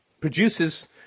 produces